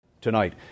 Tonight